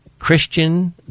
Christian